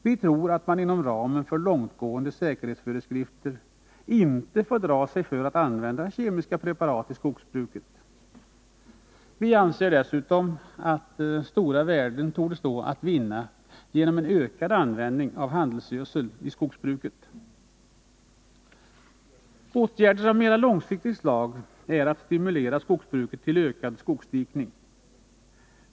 Vi tror att man inom ramen för långtgående säkerhetsföreskrifter inte får dra sig för att använda kemiska preparat i skogsbruket. Vi anser dessutom att stora värden står att vinna genom ökad användning av handelsgödsel i skogsbruket. En åtgärd av mera långsiktigt slag är att stimulera skogsbruket till ökad skogsdikning.